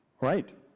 Right